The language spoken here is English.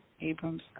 Abrams